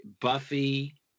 buffy